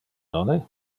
nonne